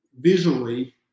visually